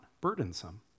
burdensome